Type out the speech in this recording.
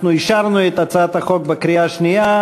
אנחנו אישרנו את הצעת החוק בקריאה שנייה,